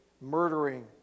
murdering